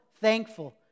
thankful